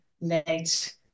late